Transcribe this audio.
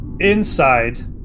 Inside